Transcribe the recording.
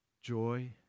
joy